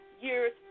years